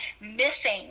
missing